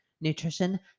nutrition